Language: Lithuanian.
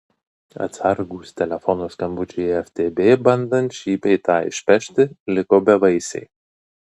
atsargūs telefono skambučiai į ftb bandant šį bei tą išpešti liko bevaisiai